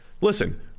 Listen